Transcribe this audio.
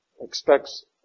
expects